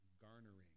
garnering